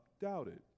doubted